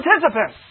participants